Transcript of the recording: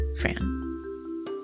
Fran